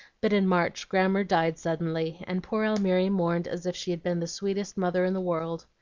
but in march grammer died suddenly, and poor almiry mourned as if she had been the sweetest mother in the world.